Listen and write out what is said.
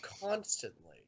constantly